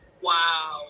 Wow